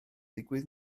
digwydd